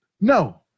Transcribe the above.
No